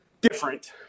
different